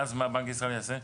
ואז מה בנק ישראל יעשה?